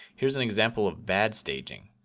here's an example of bad staging.